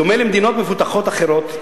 בדומה למדינות מפותחות אחרות,